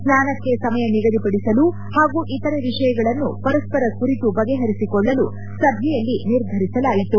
ಸ್ವಾನಕ್ಕೆ ಸಮಯ ನಿಗದಿಪಡಿಸಲು ಹಾಗೂ ಇತರೆ ವಿಷಯಗಳನ್ನು ಪರಸ್ಸರ ಕುರಿತು ಬಗೆಹರಿಸಿಕೊಳ್ಳಲು ಸಭೆಯಲ್ಲಿ ನಿರ್ಧರಿಸಲಾಯಿತು